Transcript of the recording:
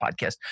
podcast